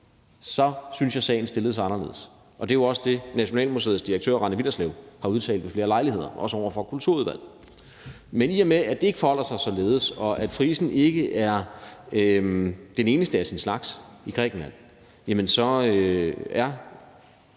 så synes jeg, sagen stillede sig anderledes, og det er jo også det, Nationalmuseets direktør, Rane Willerslev, har udtalt ved flere lejligheder, også over for Kulturudvalget. Men i og med at det ikke forholder sig således, at frisen ikke er den eneste af sin slags i Grækenland, er det